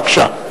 בבקשה.